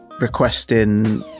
requesting